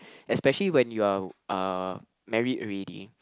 especially when you are uh married already